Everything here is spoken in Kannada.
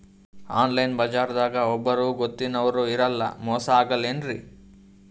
ಆನ್ಲೈನ್ ಬಜಾರದಾಗ ಒಬ್ಬರೂ ಗೊತ್ತಿನವ್ರು ಇರಲ್ಲ, ಮೋಸ ಅಗಲ್ಲೆನ್ರಿ?